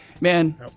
man